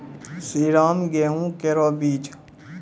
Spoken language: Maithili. श्रीराम गेहूँ केरो बीज?